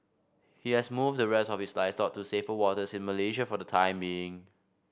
he has moved the rest of his livestock to safer waters in Malaysia for the time being